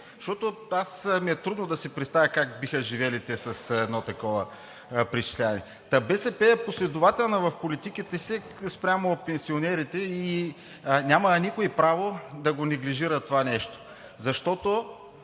На мен ми е трудно да си представя как биха живели те с едно такова преизчисляване. БСП е последователна в политиките си спрямо пенсионерите и никой няма право да неглижира това нещо, защото